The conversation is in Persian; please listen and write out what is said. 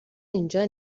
اینجا